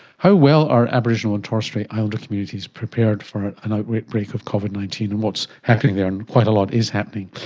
how well are aboriginal and torres strait islander communities prepared for an outbreak of covid nineteen and what's happening there, and quite a lot is happening.